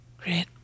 Great